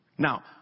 Now